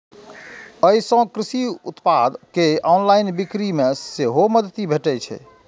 अय सं कृषि उत्पाद के ऑनलाइन बिक्री मे मदति भेटतै